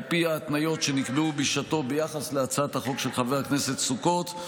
על פי ההתניות שנקבעו בשעתו ביחס להצעת החוק של חבר הכנסת סוכות.